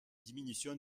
diminution